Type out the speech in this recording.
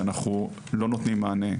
שאנחנו לא נותנים מענה.